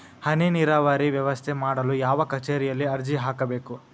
ಹನಿ ನೇರಾವರಿ ವ್ಯವಸ್ಥೆ ಮಾಡಲು ಯಾವ ಕಚೇರಿಯಲ್ಲಿ ಅರ್ಜಿ ಹಾಕಬೇಕು?